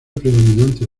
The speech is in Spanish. predominante